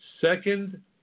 Second